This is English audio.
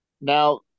Now